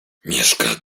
mieszka